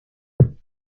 bras